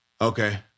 Okay